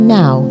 now